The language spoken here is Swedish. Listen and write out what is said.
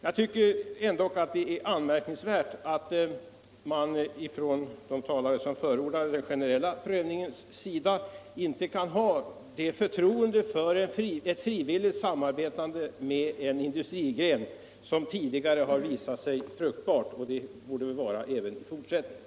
Jag tycker ändå det är anmärkningsvärt att de talare som förordar den generella prövningen inte kan ha förtroende för ett frivilligt samarbete med en industrigren, som tidigare har visat sig fruktbart och torde vara det även i fortsättningen.